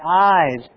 eyes